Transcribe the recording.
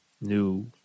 new